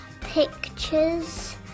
pictures